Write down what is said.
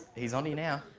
he's on you now.